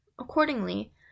Accordingly